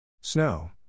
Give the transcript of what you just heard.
Snow